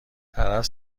طرف